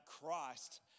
Christ